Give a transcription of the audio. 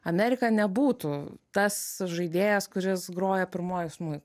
amerika nebūtų tas žaidėjas kuris groja pirmuoju smuiku